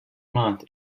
month